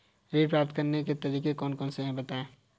ऋण प्राप्त करने के तरीके कौन कौन से हैं बताएँ?